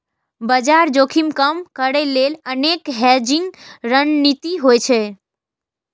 बाजार जोखिम कम करै लेल अनेक हेजिंग रणनीति होइ छै